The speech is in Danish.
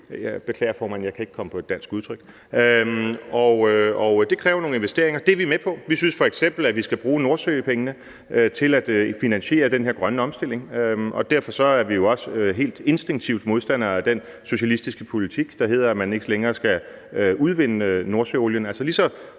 jeg beklager, formand, at jeg ikke kan komme på et dansk udtryk – og det kræver nogle investeringer. Det er vi med på. Vi synes f.eks., at vi skal bruge nordsøpengene til at finansiere den her grønne omstilling, og derfor er vi jo også helt instinktivt modstandere af den socialistiske politik, der hedder, at man ikke længere skal udvinde nordsøolien.